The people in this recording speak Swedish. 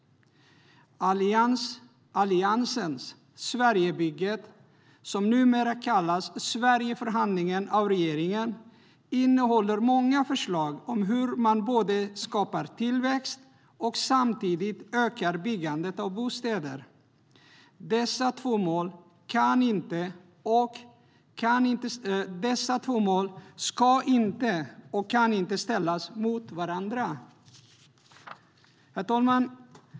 Alliansens Sverigebygget, som numera kallas Sverigeförhandlingen av regeringen, innehåller många förslag om hur man både skapar tillväxt och samtidigt ökar byggandet av bostäder. Dessa två mål ska inte och kan inte ställas mot varandra. Herr talman!